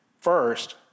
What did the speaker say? first